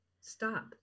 stop